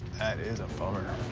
that is a bummer.